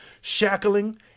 Shackling